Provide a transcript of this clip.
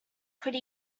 could